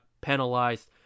penalized